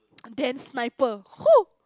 then sniper !ho!